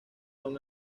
son